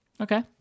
Okay